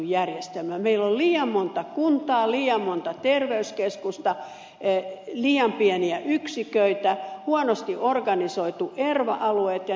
meillä on liian monta kuntaa liian monta terveyskeskusta liian pieniä yksiköitä huonosti organisoidut erva alueet ja niin edelleen